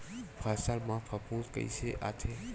फसल मा फफूंद कइसे आथे?